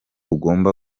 ugomba